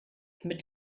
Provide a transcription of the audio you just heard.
mit